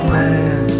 man